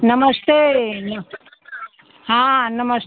नमस्ते हाँ नमस्ते